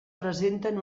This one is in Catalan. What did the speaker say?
presenten